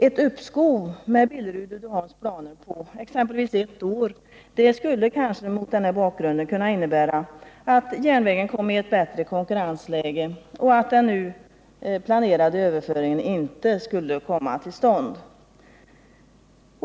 Ett uppskov med Billerud-Uddeholms planer på exempelvis ett år skulle kanske mot den här bakgrunden kunna innebära att järnvägen kom i ett bättre konkurrensläge och att den nu planerade överföringen inte behövde komma till stånd.